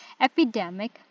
epidemic